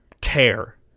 Tear